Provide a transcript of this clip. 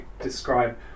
describe